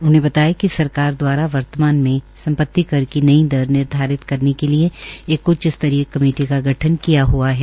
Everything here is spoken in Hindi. उन्होंने बताया कि सरकार दवारा वर्तमान में सम्पति कर की नई दर निर्धारित करने के लिए एक उच्च स्तरीय कमेटी का गठन किया हआ है